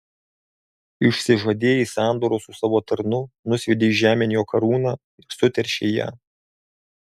išsižadėjai sandoros su savo tarnu nusviedei žemėn jo karūną ir suteršei ją